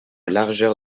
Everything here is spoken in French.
largeur